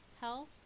health